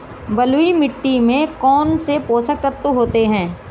बलुई मिट्टी में कौनसे पोषक तत्व होते हैं?